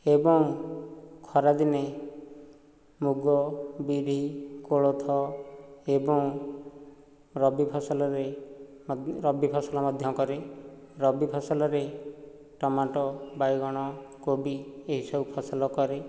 ଏବଂ ଖରା ଦିନେ ମୁଗ ବିରି କୋଳଥ ଏବଂ ରବି ଫସଲରେ ରବି ଫସଲ ମଧ୍ୟ କରେ ରବି ଫସଲରେ ଟମାଟୋ ବାଇଗଣ କୋବି ଏହିସବୁ ଫସଲ କରେ